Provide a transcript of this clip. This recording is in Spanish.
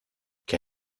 que